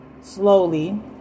slowly